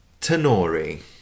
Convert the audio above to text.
Tenori